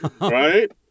Right